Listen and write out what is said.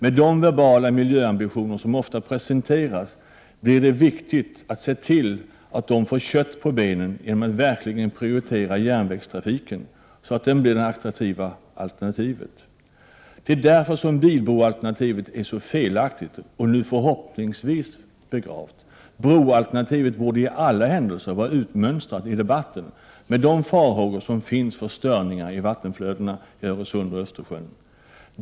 Med de verbala miljöambitioner som ofta presenteras blir det viktigt att man ser till att de får kött på benen genom att verkligen prioritera järnvägstrafiken, så att den blir det attraktiva alternativet. Det är därför som bilbroalternativet är så felaktigt — och nu förhoppningsvis begravt. Broalternativet borde i alla händelser vara utmönstrat i debatten, med de farhågor som finns för störningar i vattenflödena i Öresund och Östersjön.